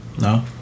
no